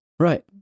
Right